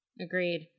Agreed